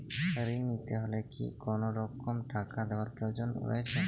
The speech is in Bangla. ঋণ নিতে হলে কি কোনরকম টাকা দেওয়ার প্রয়োজন রয়েছে?